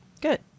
Good